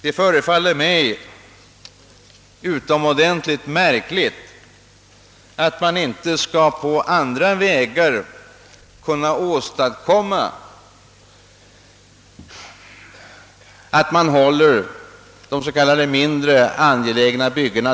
Det förefaller mig mycket märkligt att man inte på andra vägar skall kunna hålla tillbaka de s.k. mindre angelägna byggena.